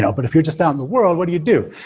so but if you're just out in the world, what do you do?